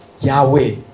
Yahweh